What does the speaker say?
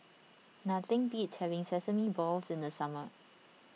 nothing beats having Sesame Balls in the summer